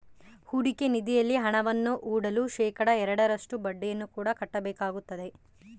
ಹೂಡಿಕೆ ನಿಧಿಯಲ್ಲಿ ಹಣವನ್ನು ಹೂಡಲು ಶೇಖಡಾ ಎರಡರಷ್ಟು ಬಡ್ಡಿಯನ್ನು ಕೂಡ ಕಟ್ಟಬೇಕಾಗುತ್ತದೆ